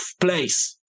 place